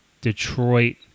Detroit